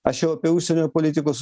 aš jau apie užsienio politikos